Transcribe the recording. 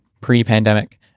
pre-pandemic